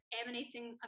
emanating